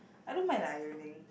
I don't mind the ironing